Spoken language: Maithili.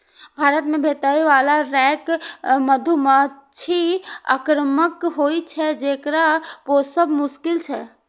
भारत मे भेटै बला रॉक मधुमाछी आक्रामक होइ छै, जेकरा पोसब मोश्किल छै